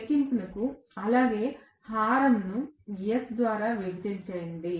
లెక్కింపును అలాగే హారంను s ద్వారా విభజించనివ్వండి